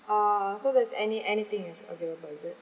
uh so that's any anything is available is it